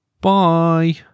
bye